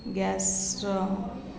gas ର